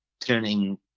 turning